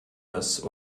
das